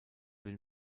den